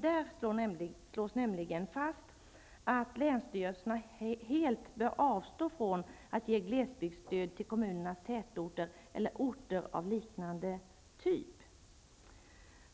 Där slås nämligen fast att länsstyrelserna helt bör avstå från att ge glesbygdsstöd till kommunernas tätorter eller orter av liknande typ.